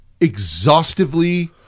Exhaustively